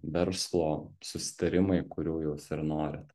verslo susitarimai kurių jūs ir norit